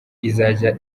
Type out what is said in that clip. izajya